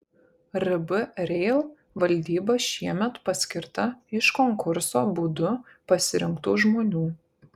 rb rail valdyba šiemet paskirta iš konkurso būdu pasirinktų žmonių